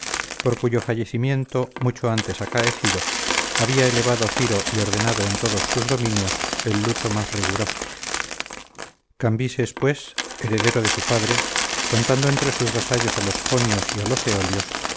por cuyo fallecimiento mucho antes acaecido había llevado ciro y ordenado en todos sus dominios el luto más riguroso cambises pues heredero de su padre contando entre sus vasallos a los jonios y a los